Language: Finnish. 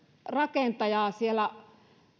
rakentaja siellä